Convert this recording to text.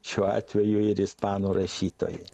šiuo atveju ir ispanų rašytojai